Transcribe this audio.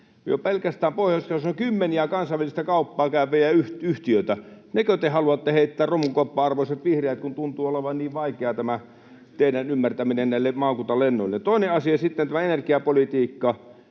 Jo pelkästään pohjoisessa on kymmeniä kansainvälistä kauppaa käyviä yhtiöitä. Nekö te haluatte heittää romukoppaan, arvoisat vihreät, kun tuntuu olevan niin vaikeaa teidän antaa ymmärrystä näille maakuntalennoille? Toinen asia on sitten tämä energiapolitiikka.